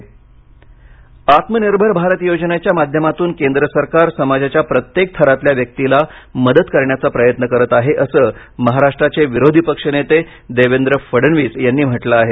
महाराष्ट्र आत्मनिर्भर भारत योजनेच्या माध्यमातून केंद्र सरकार समाजाच्या प्रत्येक थरातल्या व्यक्तीला मदत करण्याचा प्रयत्न करत आहे असं महाराष्ट्राचे विरोधी पक्षनेते देवेंद्र फडणवीस यांनी म्हटलं आहे